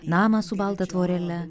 namą su balta tvorele